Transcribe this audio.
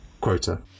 quota